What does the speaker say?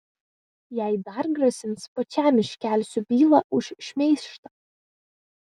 jei dar grasins pačiam iškelsiu bylą už šmeižtą